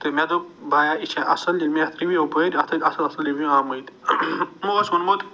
تہٕ مےٚ دوٚپ بایا یہِ چھا اصٕل ییٚلہِ مےٚ اتھ رِوِیو پٔرۍ اتھ ٲسۍ اصٕل اصٕل رِویو آمٕتۍ یِمو اوس ووٚنمُت